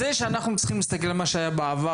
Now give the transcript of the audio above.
זה שאנחנו צריכים להסתכל על מה שהיה בעבר,